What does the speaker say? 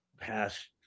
past